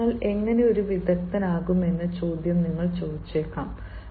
ഇപ്പോൾ നിങ്ങൾ എങ്ങനെ ഒരു വിദഗ്ദ്ധനാകും എന്ന ചോദ്യം നിങ്ങൾ ചോദിച്ചേക്കാം